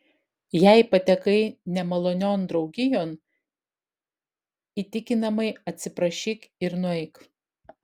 jei patekai nemalonion draugijon įtikinamai atsiprašyk ir nueik